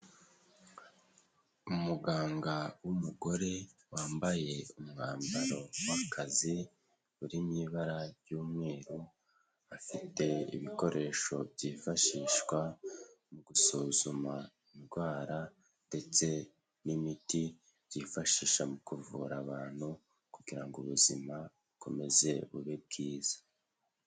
Umuganga w'umugore wambaye umwambaro w'akazi uri mu ibara ry'umweru, afite ibikoresho byifashishwa mu gusuzuma indwara ndetse n'imiti byifashisha mu kuvura abantu kugira ngo ubuzima bukomeze bube bwiza.